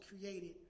created